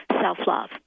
self-love